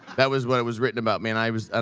that was what was written about me. and i was, and